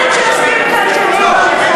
על חברי כנסת שיושבים כאן שיצאו מהמחאה.